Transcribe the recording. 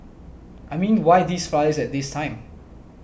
I mean why these flyers at this time